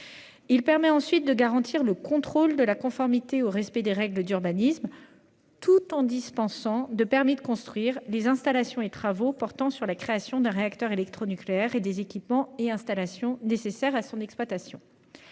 Il permet ensuite de garantir le contrôle de la conformité au respect des règles d'urbanisme, tout en dispensant de permis de construire les installations et les travaux portant sur la création d'un réacteur électronucléaire, ainsi que sur des équipements et installations nécessaires à son exploitation.